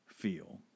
Feel